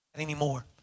anymore